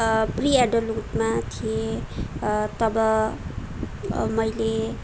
pre एडल्टउडमा थिएँ तब मैले